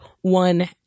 one